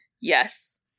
Yes